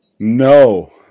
No